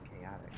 chaotic